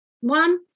One